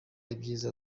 ibyiza